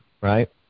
right